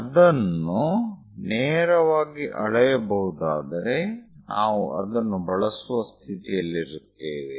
ಅದನ್ನು ನೇರವಾಗಿ ಅಳೆಯಬಹುದಾದರೆ ನಾವು ಅದನ್ನು ಬಳಸುವ ಸ್ಥಿತಿಯಲ್ಲಿರುತ್ತೇವೆ